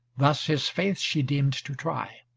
thus his faith she deemed to try,